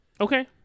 okay